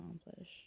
accomplish